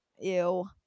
ew